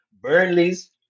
Burnley's